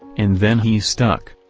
and then he's stuck.